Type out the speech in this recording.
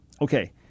okay